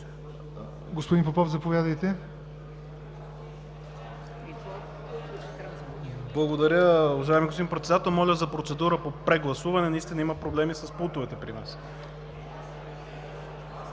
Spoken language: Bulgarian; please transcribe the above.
ПОПОВ (БСП за България): Благодаря, уважаеми господин Председател. Моля, за процедура по прегласуване. Наистина има проблеми с пултовете при нас.